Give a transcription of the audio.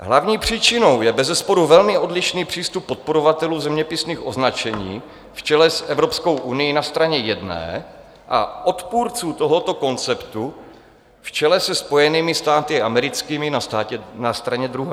Hlavní příčinou je bezesporu velmi odlišný přístup podporovatelů zeměpisných označení v čele s Evropskou unií na straně jedné a odpůrců tohoto konceptu v čele se Spojenými státy americkými na straně druhé.